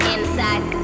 Inside